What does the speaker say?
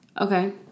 okay